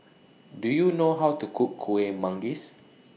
Do YOU know How to Cook Kueh Manggis